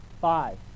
Five